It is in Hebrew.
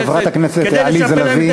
חברת הכנסת עליזה לביא,